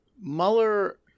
Mueller –